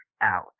out